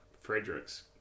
Frederick's